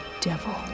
devil